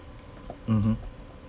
mmhmm